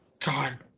God